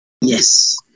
Yes